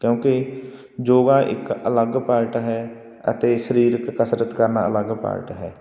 ਕਿਉਂਕਿ ਯੋਗਾ ਇੱਕ ਅਲੱਗ ਪਾਰਟ ਹੈ ਅਤੇ ਸਰੀਰਕ ਕਸਰਤ ਕਰਨਾ ਅਲੱਗ ਪਾਰਟ ਹੈ